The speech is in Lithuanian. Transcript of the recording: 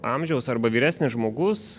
amžiaus arba vyresnis žmogus